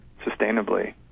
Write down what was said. sustainably